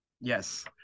Yes